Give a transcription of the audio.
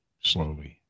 Slowly